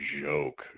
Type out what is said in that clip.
joke